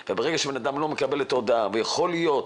אבל ברגע שהבנאדם לא מקבל את ההודעה ויכול להיות